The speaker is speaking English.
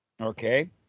Okay